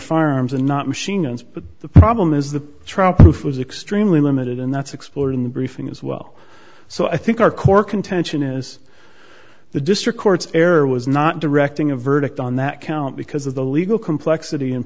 farms and not machine and but the problem is the tropics was extremely limited and that's explored in the briefing as well so i think our core contention is the district court's error was not directing a verdict on that count because of the legal complexity